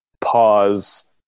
pause